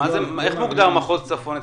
איך מוגדר אצלכם מחוז צפון?